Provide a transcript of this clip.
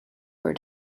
for